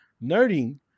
noting